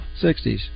60s